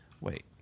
Wait